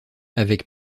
avec